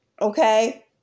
Okay